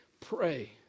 pray